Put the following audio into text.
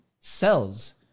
cells